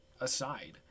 aside